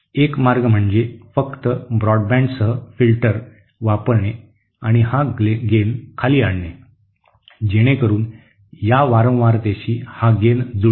एक मार्ग म्हणजे फक्त ब्रॉडबँडसह फिल्टर वापरणे आणि हा गेन खाली आणणे जेणेकरून या वारंवारतेवरशी हा गेन जुळतो